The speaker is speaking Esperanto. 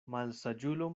malsaĝulo